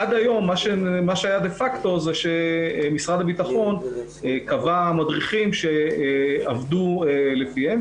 מה שהיה דה-פקטו עד היום הוא שמשרד הביטחון קבע מדריכים שעבדו לפיהם,